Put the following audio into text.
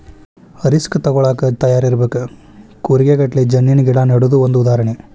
risk ತುಗೋಳಾಕ ತಯಾರ ಇರಬೇಕ, ಕೂರಿಗೆ ಗಟ್ಲೆ ಜಣ್ಣಿನ ಗಿಡಾ ನೆಡುದು ಒಂದ ಉದಾಹರಣೆ